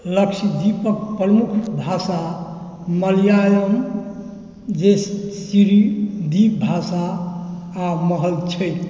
लच्छद्वीपक प्रमुख भाषा मलयालम जेसीरी द्वीप भाषा आ महल छैक